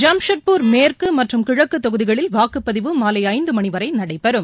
ஜாம்ஷெட்பூர் மேற்குமற்றும் கிழக்குதொகுதிகளில் வாக்குப்பதிவு மாலைஐந்துமனிவரைநடைபெறும்